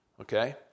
Okay